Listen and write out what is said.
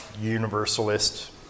universalist